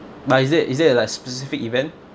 but is there is there a like specific event